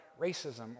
racism